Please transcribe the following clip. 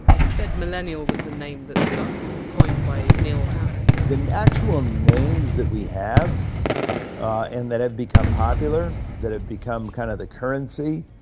instead millennial was the name that stuck, coined by neil howe the actual names that we have and that have become popular, that have become kind of the currency?